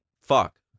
fuck